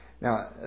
Now